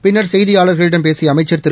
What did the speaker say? பின்னர் செய்தியாளர்களிடம் பேசிய அமைச்சர் திரு